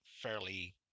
fairly